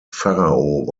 pharaoh